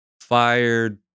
fired